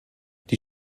die